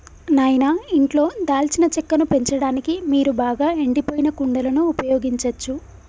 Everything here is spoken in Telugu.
నాయిన ఇంట్లో దాల్చిన చెక్కను పెంచడానికి మీరు బాగా ఎండిపోయిన కుండలను ఉపయోగించచ్చు